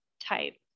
type